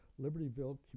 Libertyville